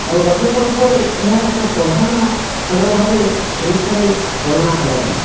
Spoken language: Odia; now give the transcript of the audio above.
ଆଉ ରଜପର୍ବରେ ଏହା ଏକ ପ୍ରଧାନ ଖେଳ ଭାବେ ଓଡ଼ିଶାରେ ଗଣନା କରାଯାଏ